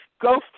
Go